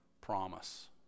promise